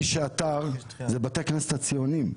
מי שעתר זה בתי הכנסת הציוניים,